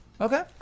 Okay